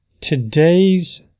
today's